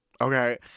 Okay